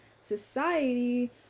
society